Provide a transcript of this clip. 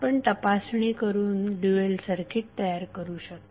आपण तपासणी करून ड्युएल सर्किट तयार करू शकता